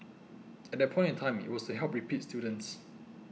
at that point in time it was to help repeat students